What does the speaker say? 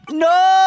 no